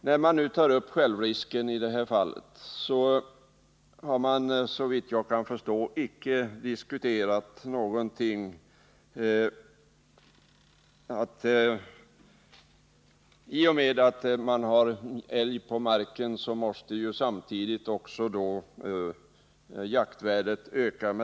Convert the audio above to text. När man nu har tagit upp självrisken i de här fallen har man såvitt jag kan förstå icke diskuterat den frågan närmare. I och med att en markägare har älg på sin mark måste ju jaktvärdet öka.